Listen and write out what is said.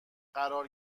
قرار